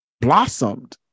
blossomed